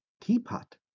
Teapot